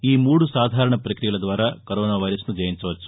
ఈ మూడు సాధారణ ప్రక్రియల ద్వారా కరోనా వైరస్ను జయించవచ్చు